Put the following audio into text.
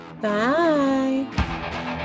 Bye